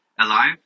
alive